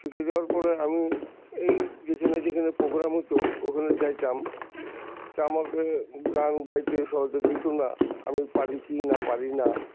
শিখে যাওয়ার পরে আমি এই যেখানে যেখানে প্রোগ্রাম হতো ওখানে যাইতাম তা আমাকে গান গাইতে সহজে দিত না আমি পারি কি না পারি না